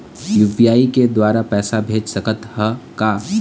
UPI के द्वारा पैसा भेज सकत ह का?